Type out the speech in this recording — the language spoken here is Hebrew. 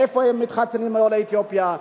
איפה מתחתנים עולי אתיופיה,